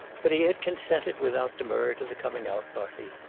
but he had consented without demur to the coming-out party,